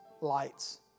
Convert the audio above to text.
lights